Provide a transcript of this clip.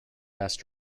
best